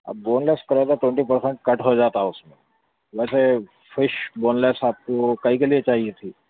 اب boneless کرو تو ٹونٹی پرسینٹ کٹ ہو جاتا اُس میں ویسے فش بون لیس آپ کو کاہے کے لیے چاہیے تھی